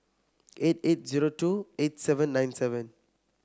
eight eight zero two eight seven nine seven